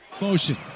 Motion